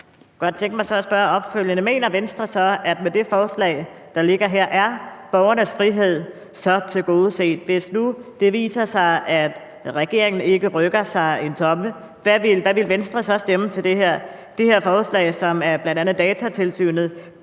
Mener Venstre så, at med det forslag, der ligger her, er borgernes frihed tilgodeset? Hvis nu det viser sig, at regeringen ikke rykker sig en tomme, hvad vil Venstre så stemme til det her forslag, som Datatilsynet